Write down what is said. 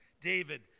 David